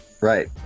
Right